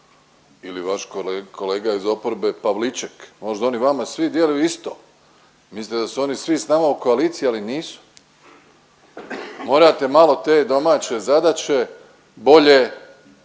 ili vaš kolega iz oporbe Pavliček. Možda oni vama svi djeluju isto. Mislite da su oni svi s nama u koaliciji, ali nisu. Morate malo te domaće zadaće bolje